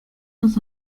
dans